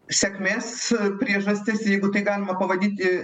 sėkmės priežastis jeigu tai galima pavadinti